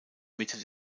mitte